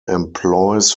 employs